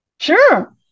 Sure